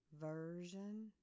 version